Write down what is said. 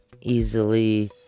easily